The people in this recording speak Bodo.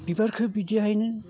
बिबारखौ बिदिहायनो